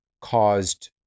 caused